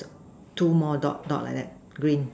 two more dot dot like that green